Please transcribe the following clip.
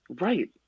Right